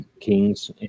kings